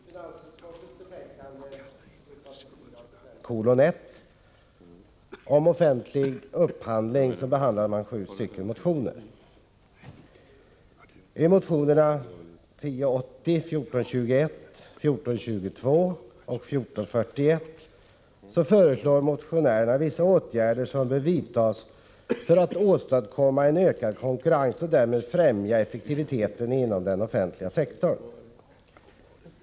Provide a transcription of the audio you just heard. Herr talman! I finansutskottets betänkande 1984/85:1 om offentlig upphandling behandlas sju motioner. I motionerna 1080, 1421, 1422 och 1441 föreslår motionärerna vissa åtgärder som bör vidtas för att åstadkomma en ökad konkurrens och därmed främja effektiviteten inom den offentliga sektorn.